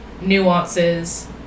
nuances